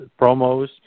promos